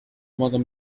mother